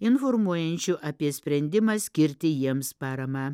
informuojančių apie sprendimą skirti jiems paramą